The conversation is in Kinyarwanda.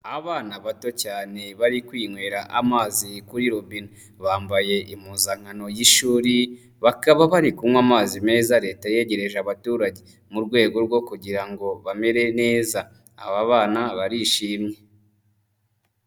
Abana bato cyane bari kwinywera amazi kuri robine, bambaye impuzankano y'ishuri, bakaba bari kunywa amazi meza Leta yegereje abaturage, mu rwego rwo kugira ngo bamere neza, aba bana barishimye.